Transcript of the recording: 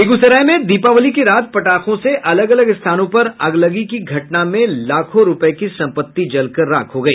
बेगूसराय में दीपावली की रात पटाखों से अलग अलग स्थानों पर अगलगी की घटना में लाखों रूपये की संपत्ति जलकर राख हो गई